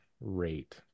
rate